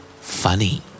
funny